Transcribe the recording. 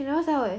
you know so